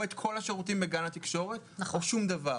או את כל השירותים בגן התקשורת או שום דבר.